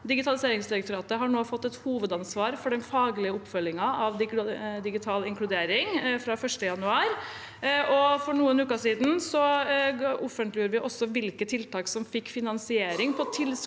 Digitaliseringsdirektoratet har nå fått et hovedansvar for den faglige oppfølgingen av digital inkludering fra 1. januar. For noen uker siden offentliggjorde vi også hvilke tiltak som fikk finansiering over